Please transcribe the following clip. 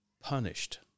punished